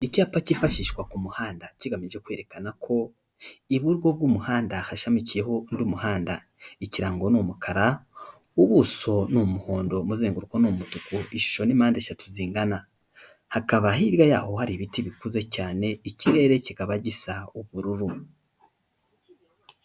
Icyapa cyifashishwa ku muhanda kigamije kwerekana ko iburyo bw'umuhanda hashamikiyeho undi muhanda. Ikirango ni umukara ubuso n'umuhondo, umuzenguruko ni umutuku, ishusho ni mpande eshatu zingana. Hakaba hirya yaho hari ibiti bikuze cyane ikirere kikaba gisa ubururu.